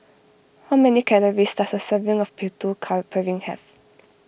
how many calories does a serving of Putu car Piring have